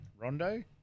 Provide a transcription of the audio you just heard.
Rondo